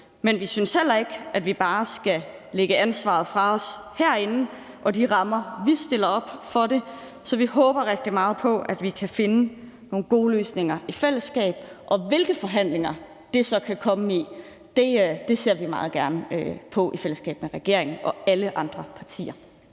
men vi synes heller ikke, at vi bare skal lægge ansvaret fra os herinde, og det gælder også de rammer, vi stiller op for det. Så vi håber rigtig meget på, at vi kan finde nogle gode løsninger i fællesskab. Hvilke forhandlinger det så kan komme i, ser vi meget gerne på i fællesskab med regeringen og alle andre partier.